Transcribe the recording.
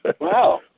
Wow